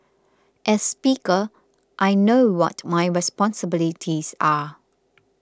as speaker I know what my responsibilities are